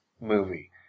movie